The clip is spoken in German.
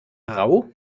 rau